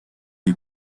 les